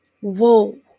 Whoa